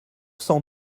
cent